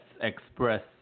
Express